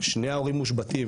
שני ההורים מושבתים,